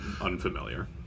unfamiliar